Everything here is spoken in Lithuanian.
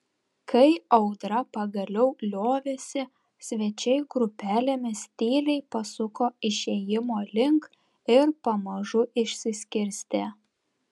kai audra pagaliau liovėsi svečiai grupelėmis tyliai pasuko išėjimo link ir pamažu išsiskirstė